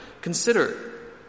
consider